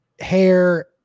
hair